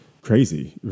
crazy